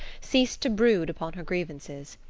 ceased to brood upon her grievances.